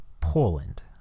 poland